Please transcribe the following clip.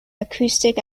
acoustic